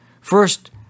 First